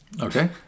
Okay